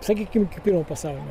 sakykim iki pirmo pasaulinio